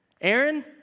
Aaron